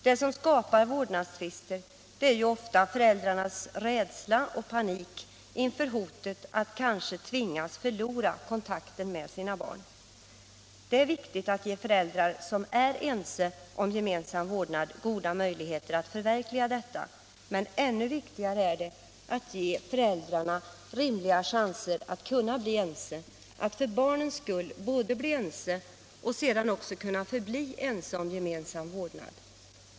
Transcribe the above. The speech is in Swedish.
Det som skapar vårdnadstvister är ju ofta föräldrarnas rädsla och panik inför hotet att kanske tvingas förlora kontakten med sina barn. Det är viktigt att ge föräldrar som är ense om gemensam vårdnad goda möjligheter att förverkliga denna, men ännu viktigare är det att ge föräldrarna rimliga chanser att — för barnens skull — både bli ense och sedan också förbli ense om gemensam vårdnad.